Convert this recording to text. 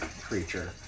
creature